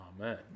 Amen